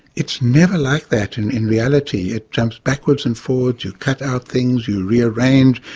it's never like that in in reality, it jumps backwards and forwards, you cut out things, you rearrange,